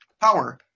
Power